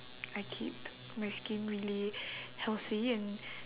I keep my skin really healthy and